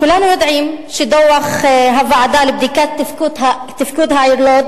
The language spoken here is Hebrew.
כולנו יודעים שדוח הוועדה לבדיקת תפקוד העיר לוד,